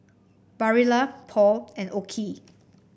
Barilla Paul and OKI